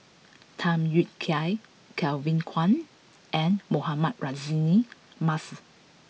Tham Yui Kai Kevin Kwan and Mohamed Rozani Maarof